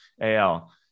al